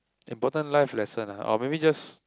important life lesson ah or maybe just